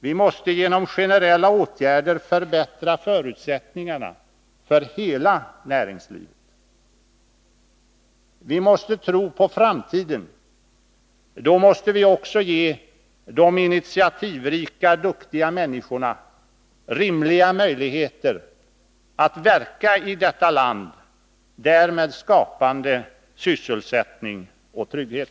Vi måste genom generella åtgärder förbättra förutsättningarna för hela näringslivet. Vi måste tro på framtiden. Då måste vi också ge de initiativrika, duktiga människorna rimliga möjligheter att verka i detta land, därmed skapande sysselsättning och trygghet.